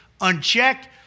unchecked